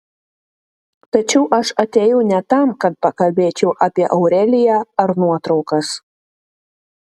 tačiau aš atėjau ne tam kad pakalbėčiau apie aureliją ar nuotraukas